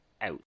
out